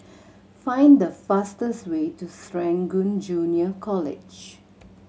find the fastest way to Serangoon Junior College